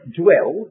dwell